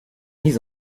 mis